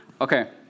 Okay